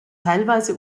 teilweise